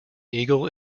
eagle